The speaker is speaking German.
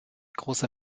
großer